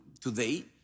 today